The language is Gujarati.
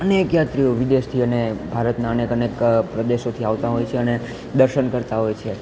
અનેક યાત્રીઓ વિદેશથી અને ભારતનાં અનેક અનેક પ્રદેશોથી આવતાં હોય છે અને દર્શન કરતાં હોય છે